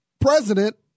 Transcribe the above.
president